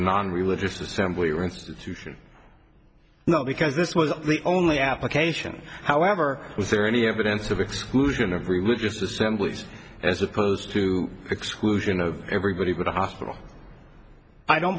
non religious assembly or institution not because this was the only application however was there any evidence of exclusion of religious assemblies as opposed to exclusion of everybody would hospital i don't